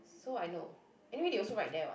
so I know anyway they also write there what